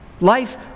life